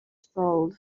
sold